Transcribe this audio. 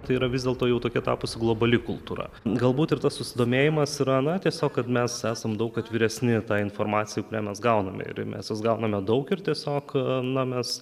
tai yra vis dėlto jau tokia tapusi globali kultūra galbūt ir tas susidomėjimas yra na tiesiog kad mes esam daug atviresni tai informacijai kurią mes gauname ir mes jos gauname daug ir tiesiog na mes